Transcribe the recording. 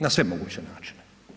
Na sve moguće načine.